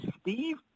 Steve